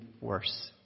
worse